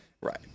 Right